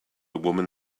woman